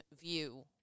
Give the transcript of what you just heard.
view